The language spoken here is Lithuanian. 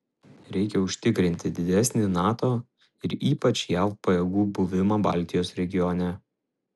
reikia užtikrinti didesnį nato ir ypač jav pajėgų buvimą baltijos regione